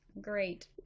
Great